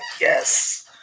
yes